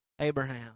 Abraham